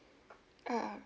um